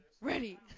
ready